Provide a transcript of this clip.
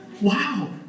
Wow